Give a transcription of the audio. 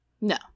No